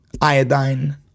iodine